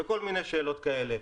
וכל מיני שאלות כאלה.